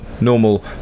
normal